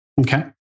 Okay